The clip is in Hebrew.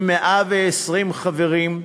עם 120 חברים,